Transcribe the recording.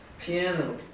Piano